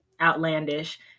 outlandish